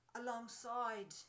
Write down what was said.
alongside